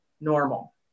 normal